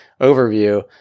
overview